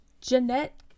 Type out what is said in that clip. Jeanette